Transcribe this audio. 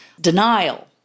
denial